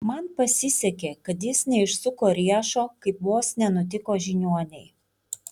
man pasisekė kad jis neišsuko riešo kaip vos nenutiko žiniuonei